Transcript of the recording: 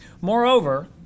Moreover